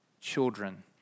children